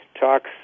talks